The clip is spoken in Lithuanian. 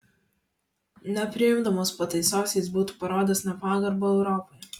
nepriimdamas pataisos jis būtų parodęs nepagarbą europai